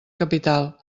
capital